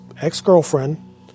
ex-girlfriend